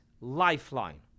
lifeline